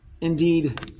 indeed